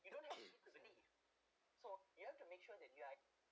you don't have so you have to make sure that you are